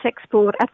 export